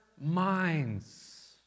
minds